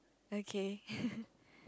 okay